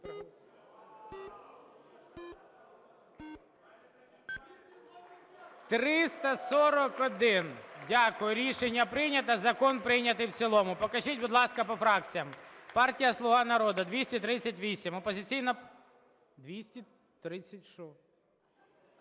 За-341 Дякую. Рішення прийнято. Закон прийнятий в цілому. Покажіть, будь ласка, по фракціям. Партія "Слуга народу" – 238, 230 що?